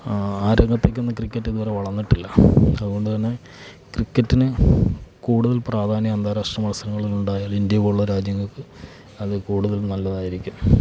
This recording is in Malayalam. ആ രംഗത്തേക്കൊന്നും ക്രിക്കറ്റ് ഇത് വരെ വളർന്നിട്ടില്ല അതുകൊണ്ട് തന്നെ ക്രിക്കറ്റിന് കൂടുതൽ പ്രാധാന്യം അന്താരാഷ്ട്ര മത്സരങ്ങളിൽ ഉണ്ടായാൽ ഇന്ത്യ പോലുള്ള രാജ്യങ്ങൾക്ക് അത് കൂടുതൽ നല്ലതായിരിക്കും